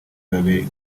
bibabera